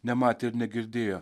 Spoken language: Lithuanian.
nematė ir negirdėjo